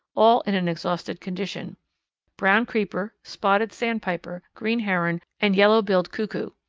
all in an exhausted condition brown creeper, spotted sandpiper, green heron, and yellow-billed cuckoo.